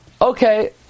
Okay